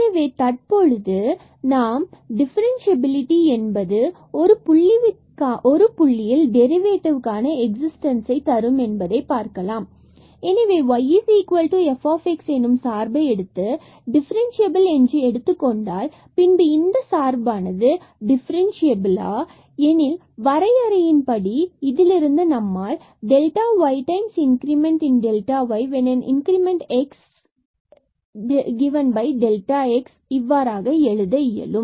எனவே தற்பொழுது நாம் டிஃபரண்டியபிலிடி என்பது ஒரு புள்ளியில் டெரிவேட்டிவ்கான எக்ஸிஸ்டன்ஸ் தரும் என்பதை பார்க்கலாம் எனவே yf எனும் சார்பை எடுத்து டிஃபரன்ஸ்சியபில் என்று எடுத்துக்கொண்டால் பின்பு நாம் இந்த சார்பானது டிஃபரன்ஸ்சியபிலா எனில் இதிலிருந்து வரையறையின் படி நம்மால் y இன்கிரிமென்ட் என்பது x ல் கொடுக்கப்பட்ட x இன்கிரிமென்ட் என இவ்வாறாக எழுத இயலும்